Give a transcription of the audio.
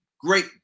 great